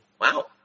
Wow